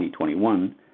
2021